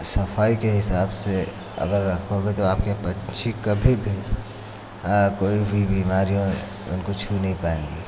सफाई के हिसाब से अगर रखोगे तो आपके पक्षी कभी भी कोई भी बीमारियां उनको छू नहीं पाएंगे